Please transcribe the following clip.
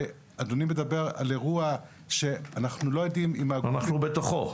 אדוני מדבר על אירוע שאנחנו לא יודעים אם הגופים --- אנחנו בתוכו.